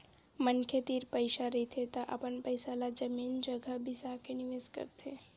मनखे तीर पइसा रहिथे त अपन पइसा ल जमीन जघा बिसा के निवेस करथे